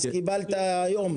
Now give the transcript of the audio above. אז קיבלת יום.